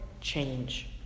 change